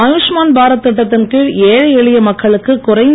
ஆயுஸ்மான் பாரத் திட்டத்தின் கீழ் ஏழை எளிய மக்களுக்கு குறைந்த